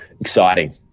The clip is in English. exciting